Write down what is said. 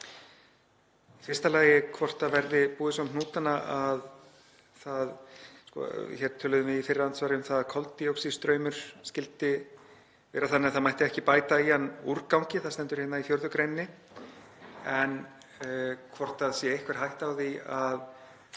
fyrsta lagi hvort það verði búið svo um hnútana að — hér töluðum við í fyrra andsvari um að koldíoxíðstraumur skyldi vera þannig að það mætti ekki bæta í hann úrgangi, það stendur hérna í 4. gr., en hvort það sé einhver hætta á því að